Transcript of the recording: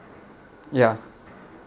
ya